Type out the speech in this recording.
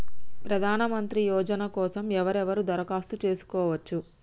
ప్రధానమంత్రి యోజన కోసం ఎవరెవరు దరఖాస్తు చేసుకోవచ్చు?